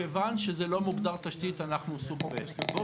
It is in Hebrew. מכיוון שזה לא מוגדר תשתית אנחנו סוג ב'.